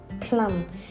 plan